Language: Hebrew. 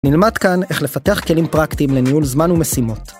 נלמד כאן איך לפתח כלים פרקטיים לניהול זמן ומשימות.